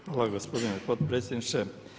Hvala gospodine potpredsjedniče.